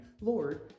Lord